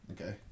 Okay